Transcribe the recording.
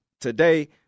today